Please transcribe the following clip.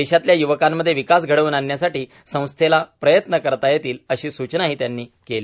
देशातल्या युवकांमध्ये विकास घडवून आणण्यासाठी संस्थेला प्रयत्न करता येतील अशी सूचनाही त्यांनी केली